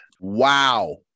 Wow